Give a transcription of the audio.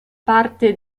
parte